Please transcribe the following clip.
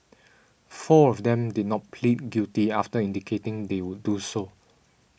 four of them did not plead guilty after indicating they would do so